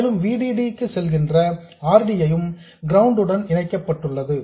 மேலும் V D D க்கு செல்கின்ற R D யும் கிரவுண்ட் உடன் இணைக்கப்பட்டுள்ளது